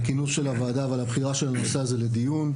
כינוס של הוועדה ועל הבחירה של הנושא הזה לדיון,